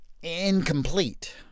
incomplete